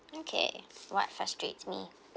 okay what frustrates me